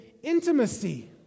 intimacy